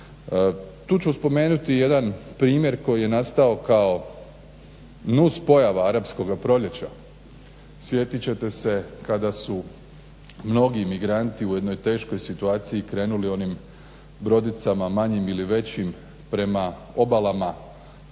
Tu ću spomenuti jedan primjer koji je nastao kao nus pojava Arapskoga proljeća. Sjetit ćete se kada su mnogi migranti u jednoj teškoj situaciji krenuli onim brodicama manjim ili većim prema obalama